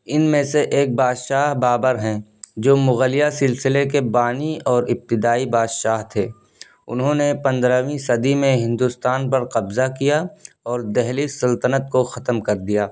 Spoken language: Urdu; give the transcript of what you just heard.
ان میں سے ایک بادشاہ بابر ہیں جو مغلیہ سلسلے کے بانی اور ابتدائی بادشاہ تھے انہوں نے پندرھویں صدی میں ہندوستان پر قبضہ کیا اور دہلی سلطنت کو ختم کر دیا